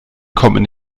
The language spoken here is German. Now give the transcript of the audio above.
kommen